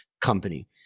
company